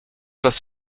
das